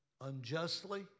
unjustly